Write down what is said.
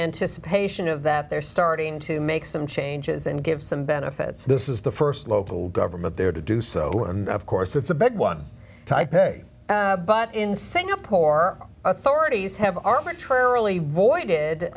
anticipation of that they're starting to make some changes and give some benefits this is the st local government there to do so of course it's a big one taipei but in singapore authorities have arbitrarily voided